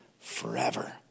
forever